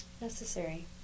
necessary